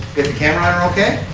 the camera on her okay?